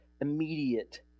immediate